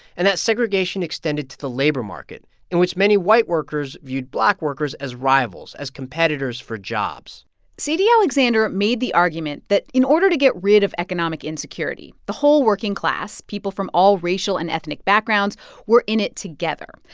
and that segregation extended to the labor market in which many white workers viewed black workers as rivals, as competitors for jobs sadie alexander made the argument that, in order to get rid of economic insecurity, the whole working class people from all racial and ethnic backgrounds were in it together,